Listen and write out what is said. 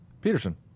Peterson